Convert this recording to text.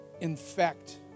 infect